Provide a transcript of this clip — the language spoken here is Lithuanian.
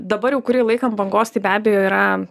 dabar jau kurį laiką ant bangos tai be abejo yra